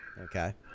Okay